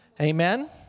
Amen